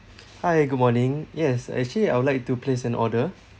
hi good morning yes actually I would like to place an order